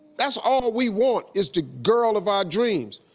that's all we want, is the girl of our dreams.